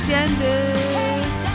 Genders